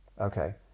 Okay